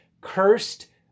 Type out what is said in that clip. cursed